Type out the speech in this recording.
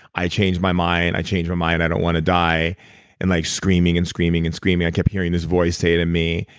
i changed my mind. i changed my mind. and i don't want to die and like screaming, and screaming, and screaming. i keep hearing this voice say to me,